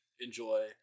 Enjoy